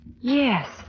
Yes